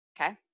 okay